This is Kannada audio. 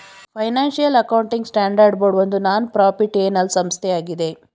ಫೈನಾನ್ಸಿಯಲ್ ಅಕೌಂಟಿಂಗ್ ಸ್ಟ್ಯಾಂಡರ್ಡ್ ಬೋರ್ಡ್ ಒಂದು ನಾನ್ ಪ್ರಾಫಿಟ್ಏನಲ್ ಸಂಸ್ಥೆಯಾಗಿದೆ